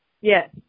Yes